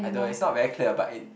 I know it's not very clear but it